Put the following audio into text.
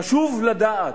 חשוב לדעת,